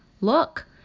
Look